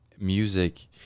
music